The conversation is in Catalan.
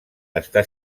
està